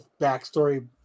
backstory